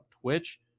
twitch